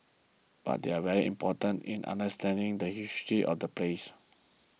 but they are very important in understanding the history of the place